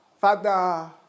Father